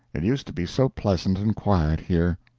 it used to be so pleasant and quiet here.